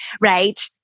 right